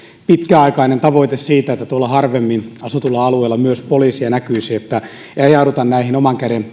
pitkäaikainen tavoite siitä että tuolla harvemmin asutuilla alueilla myös poliisi näkyisi että ei ajauduta näihin oman käden